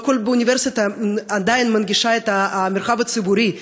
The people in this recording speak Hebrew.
עדיין לא כל אוניברסיטה מנגישה את המרחב הציבורי,